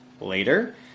later